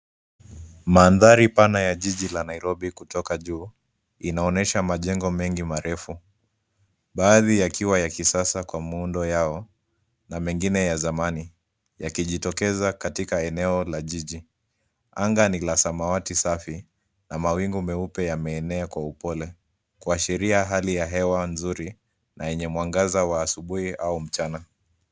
Maandhari pana ya jiji la nairobi kutoka juu inaonyesha majengo mengi marefu, baadhi yakiwa ya kisasa kwa muundo yao na mengine ya zamani yakijitokeza katika eneo la jiji. Anga ni la samawati safi na mawingu meupe yameenea kwa upole kwa sheria hali ya hewa nzuri na enye mwangaza wa asubui.